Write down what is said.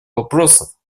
вопросов